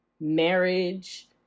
marriage